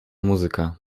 muzyka